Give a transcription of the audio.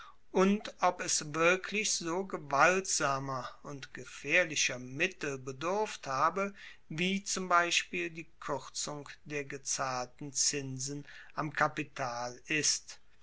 und ob es wirklich so gewaltsamer und gefaehrlicher mittel bedurft habe wie zum beispiel die kuerzung der gezahlten zinsen am kapital ist